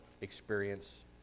experience